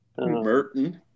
Merton